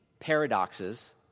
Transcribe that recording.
Paradoxes